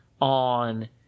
on